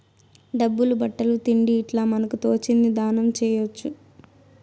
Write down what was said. డబ్బులు బట్టలు తిండి ఇట్లా మనకు తోచింది దానం చేయొచ్చు